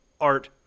art